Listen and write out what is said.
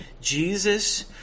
Jesus